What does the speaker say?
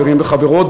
חברים וחברות,